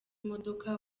modoka